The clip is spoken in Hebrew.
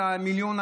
על המיליון,